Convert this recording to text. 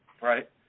Right